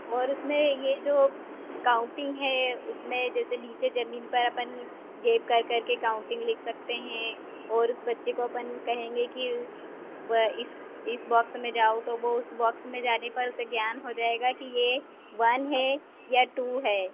और उसमें यह जो काउंटिंग है उसमें जैसे नीचे ज़मीन पर अपन गेप कर करके काउंटिंग लिख सकते हैं और उस बच्चे को अपन कहेंगे कि इस इस बॉक्स में जाओ तो वे उस बॉक्स में जाने पर उसे ज्ञान हो जाएगा कि यह वन है या टू है